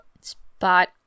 Spot